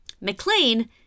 McLean